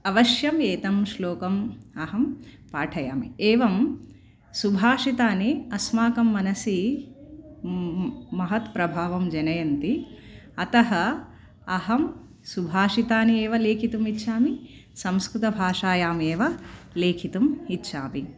अवश्यम् एतं श्लोकम् अहं पाठयामि एवं सुभाषितानि अस्माकं मनसि महत् प्रभावं जनयन्ति अतः अहं सुभाषितानि एव लेखितुमिच्छामि संस्कृतभाषायामेव लेखितुम् इच्छामि